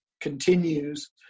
continues